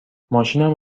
ماشینم